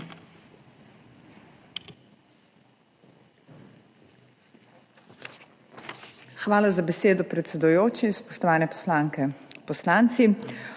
Hvala za besedo, predsedujoči. Spoštovane poslanke in poslanci!